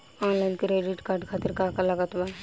Online credit card खातिर का का लागत बा?